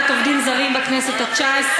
לבעיית העובדים הזרים בכנסת התשע-עשרה,